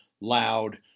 loud